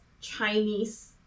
Chinese